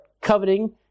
coveting